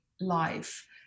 life